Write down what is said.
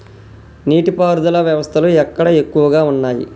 నీటి పారుదల వ్యవస్థలు ఎక్కడ ఎక్కువగా ఉన్నాయి?